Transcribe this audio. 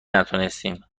نتونستیم